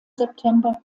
september